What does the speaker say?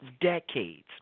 decades